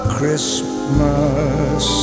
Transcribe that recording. Christmas